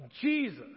Jesus